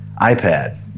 iPad